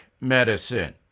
medicine